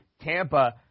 Tampa